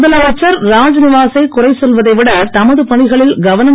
முதலமைச்சர் ராத்நிவாசை குறை சொல்வதை விட தமது பணிகளில் கவனம்